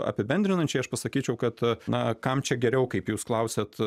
apibendrinančiai aš pasakyčiau kad na kam čia geriau kaip jūs klausiat